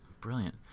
brilliant